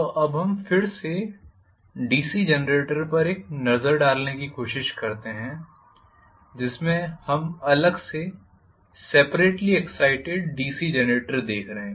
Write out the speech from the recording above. तो अब हम फिर से डीसी जनरेटर पर एक नज़र डालने की कोशिश करते हैं जिसमें हम अलग से सेपरेट्ली एग्ज़ाइटेड डीसी जेनरेटर देख रहे हैं